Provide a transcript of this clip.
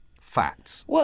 facts